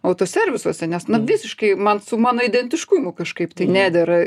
autoservisuose nes na visiškai man su mano identiškumu kažkaip tai nedera